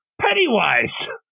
Pennywise